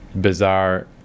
bizarre